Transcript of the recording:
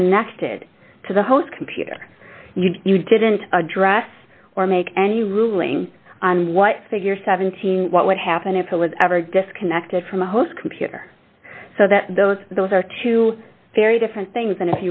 connected to the host computer you didn't address or make any ruling on what figure seventeen what would happen if it was ever disconnected from the host computer so that those those are two very different things and